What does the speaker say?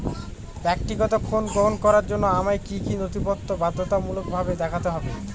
ব্যক্তিগত ঋণ গ্রহণ করার জন্য আমায় কি কী নথিপত্র বাধ্যতামূলকভাবে দেখাতে হবে?